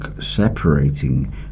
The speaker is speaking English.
separating